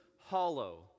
hollow